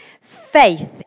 Faith